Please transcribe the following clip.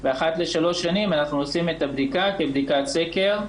ואחת לשלוש שנים אנחנו עושים את הבדיקה כבדיקת סקר,